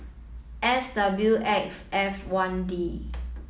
S W X F one D